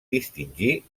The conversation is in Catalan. distingir